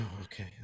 okay